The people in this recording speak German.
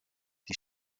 die